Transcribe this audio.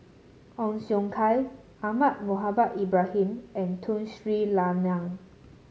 Ong Siong Kai Ahmad Mohamed Ibrahim and Tun Sri Lanang